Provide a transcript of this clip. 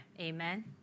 Amen